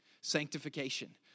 Sanctification